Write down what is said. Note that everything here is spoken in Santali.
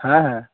ᱦᱮᱸ ᱦᱮᱸ